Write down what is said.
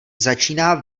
začíná